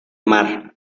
mar